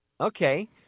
Okay